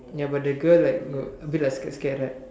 ya but the girl like uh a bit like scared scared right